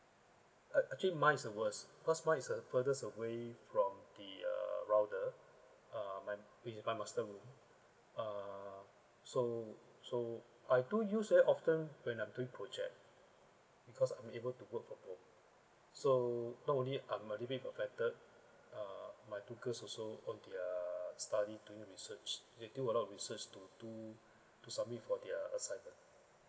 act~ actually mine is the worst because mine is the furthest away from the uh router ah my which is my master room uh so so I do use very often when I'm doing project because I'm able to work from home so not only I'm a little bit affected ah my two girls also on their study doing research they they have a lot of research to do to submit for their assignment